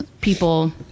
people